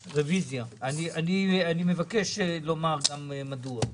רביזיה, אני מבקש גם לומר מדוע.